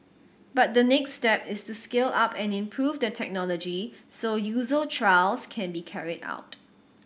but the next step is to scale up and improve the technology so user trials can be carried out